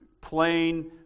plain